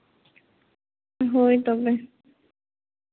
ᱦᱳᱭ ᱛᱚᱵᱮ